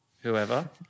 whoever